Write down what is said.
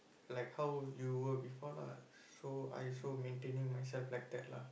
like how you were before lah so I also maintaining myself like that lah